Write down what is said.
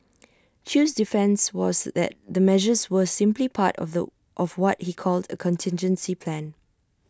chew's defence was that the measures were simply part of the of what he called A contingency plan